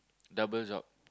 double job